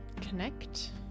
connect